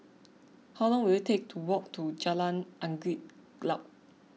how long will it take to walk to Jalan Angin Glaut